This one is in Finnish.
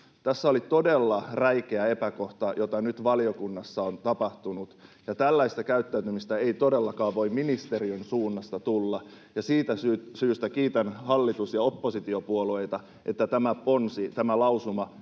Tässä oli todella räikeä epäkohta, mitä nyt valiokunnassa on tapahtunut, ja tällaista käyttäytymistä ei todellakaan voi ministeriön suunnasta tulla. Siitä syystä kiitän hallitus- ja oppositiopuolueita, että tämä ponsi,